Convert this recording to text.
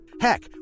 Heck